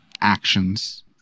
actions